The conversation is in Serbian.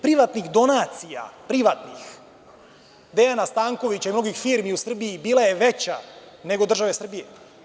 Privatnih donacija Dejana Stankovića i mnogih firmi u Srbiji bila je veća nego države Srbije.